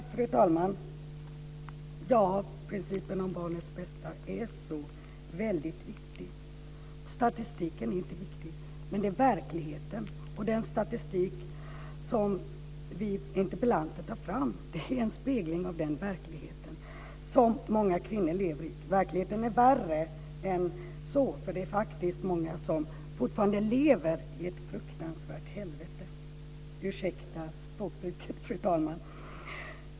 Fru talman! Principen om barnets bästa är viktig. Det är inte statistiken, men det är verkligheten. Den statistik som vi interpellanter har tagit fram är en spegling av den verklighet som många kvinnor lever i. Verkligheten är värre än så. Det är fortfarande många som lever i ett fruktansvärt helvete - ursäkta språkbruket, fru talman.